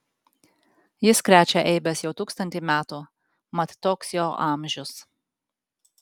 jis krečia eibes jau tūkstantį metų mat toks jo amžius